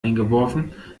eingeworfen